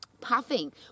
puffing